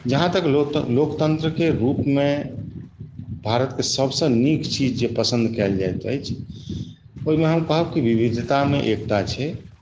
जहाँ तक लोकतन्त्र लोकतन्त्रके रूपमे भारतके सबसँ नीक चीज जे पसन्द कएल जाइत अछि ओहिमे हम कहब कि विविधतामे एकता छै